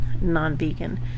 non-vegan